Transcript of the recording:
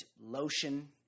lotion